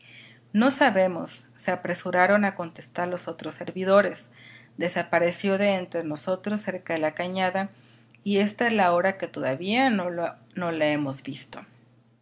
no sabemos se apresuraron a contestar los otros servidores desapareció de entre nosotros cerca de la cañada y esta es la hora que todavía no le hemos visto